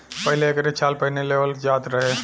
पहिले एकरे छाल पहिन लेवल जात रहे